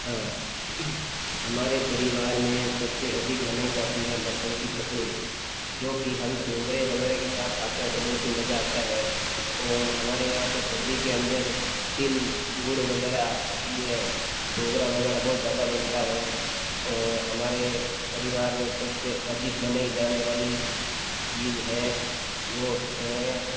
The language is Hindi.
हाँ हमारे परिवार में सबसे अधिक बनाई जाती है लस्सन की चटनी जो कि हम सुंगरे वगैरह के साथ खाते है तो बहुत ही मजा आता है और हमारे यहाँ पे सर्दी के अंदर तिल गुड़ वगैरह ये सुगरा वगैरह बहुत ज़्यादा बनता है और हमारे परिवार में सबसे अधिक बनाई जाने वाली चीज है वो है